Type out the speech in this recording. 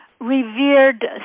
revered